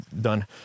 done